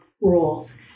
rules